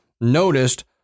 noticed